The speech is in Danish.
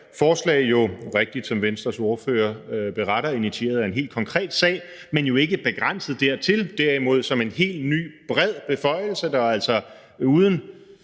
forslag gør, og som Venstres ordfører rigtigt beretter, er det initieret af en helt konkret sag, men jo ikke begrænset dertil; derimod som en helt ny, bred beføjelse, der altså uden